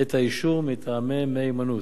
את האישור מטעמי מהימנות.